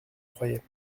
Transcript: croyais